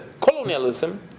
colonialism